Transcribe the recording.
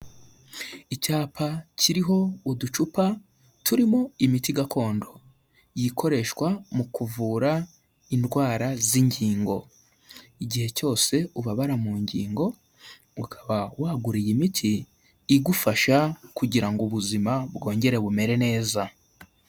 Icyapa kiriho uducupa turimo imiti gakondo, iyi ikoreshwa mu kuvura indwara z'ingingo, igihe cyose ubabara mu ngingo ukaba wagura iyi imiti igufasha kugira ngo ubuzima bwongere bumere neza.